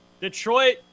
Detroit